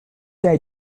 day